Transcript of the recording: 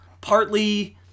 Partly